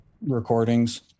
recordings